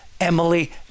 Emily